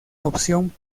opción